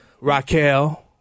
Raquel